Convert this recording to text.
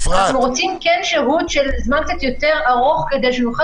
אנחנו כן רוצים שהות וזמן קצת יותר ארוך כדי שנוכל